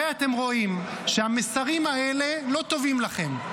הרי אתם רואים שהמסרים האלה לא טובים לכם.